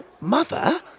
mother